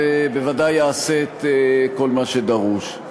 בוודאי יעשה כל מה שדרוש.